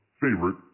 favorite